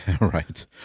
Right